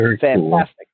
Fantastic